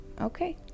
okay